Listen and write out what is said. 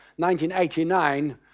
1989